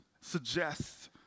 Suggests